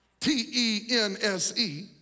T-E-N-S-E